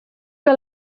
que